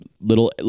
little